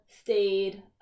stayed